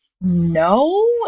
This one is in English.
no